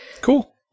cool